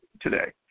today